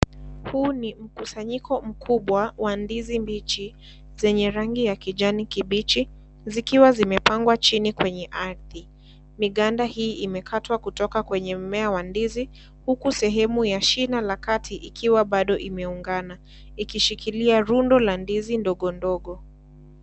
Huu ni mkusanyiko mkubwa wa ndizi mbichi zenye rangi ya kijani kibichi zikiwa zimepangwa chini kwenye ardhi, miganda hii imekatwa kutoka kwenye mmea wa ndizi huku sehemu ya shina la kati ikiwa bado imeungana ikishikilia rundo la ndizi ndogondogo.